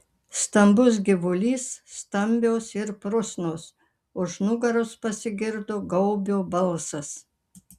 stambus gyvulys stambios ir prusnos už nugaros pasigirdo gaubio balsas